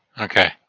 okay